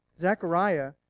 Zechariah